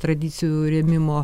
tradicijų rėmimo